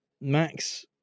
Max